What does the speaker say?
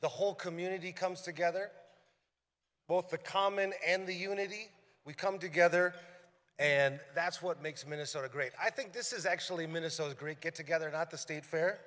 the whole community comes together both the common and the unity we come together and that's what makes minnesota great i think this is actually minnesota great get together not the state fair